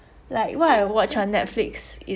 yeah lor